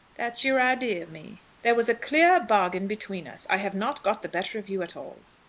that's your idea of me? there was a clear bargain between us. i have not got the better of you at all.